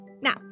Now